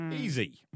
Easy